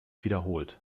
wiederholt